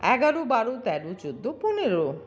এগারো বারো তেরো চোদ্দো পনেরো